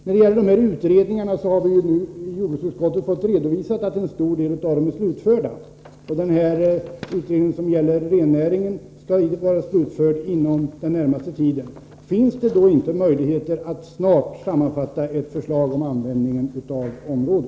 När det gäller utredningarna har vi i jordbruksutskottet fått redovisat att en stor del av dem är slutförda. Den utredning som gäller rennäringen skall vara slutförd inom den närmaste tiden. Finns det då inte möjligheter att snart sammanfatta ett förslag om användningen av detta område?